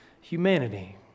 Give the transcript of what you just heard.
humanity